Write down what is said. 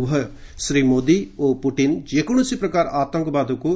ଉଭୟ ଶ୍ରୀ ମୋଦି ଓ ପୁଟିନ୍ ଯେକୌଣସି ପ୍ରକାର ଆତଙ୍କବାଦକୁ